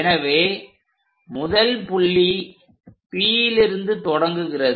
எனவே முதல் புள்ளி Pலிருந்து தொடங்குகிறது